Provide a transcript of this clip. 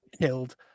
killed